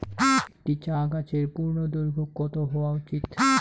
একটি চা গাছের পূর্ণদৈর্ঘ্য কত হওয়া উচিৎ?